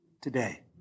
today